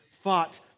fought